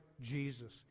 Jesus